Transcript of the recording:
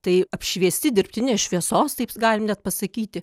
tai apšviesti dirbtinės šviesos taip galim net pasakyti